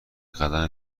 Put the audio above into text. قدم